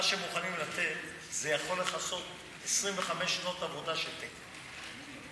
מה שמוכנים לתת יכול לכסות 25 שנות עבודה של תקן בכסף.